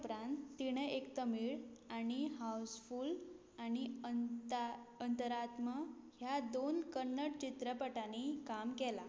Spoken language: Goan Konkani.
तें उपरांत तिणें एक तमीळ आनी हावसफुल आनी अंता अंतरात्मा ह्या दोन कन्नड चित्रपटांनी काम केलां